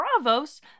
Bravos